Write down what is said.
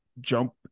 jump